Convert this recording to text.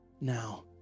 Now